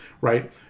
right